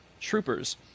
Troopers